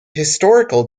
historical